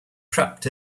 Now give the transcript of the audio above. trapped